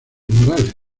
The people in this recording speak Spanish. morales